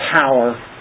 power